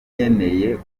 nkeneye